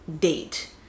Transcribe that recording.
date